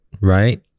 right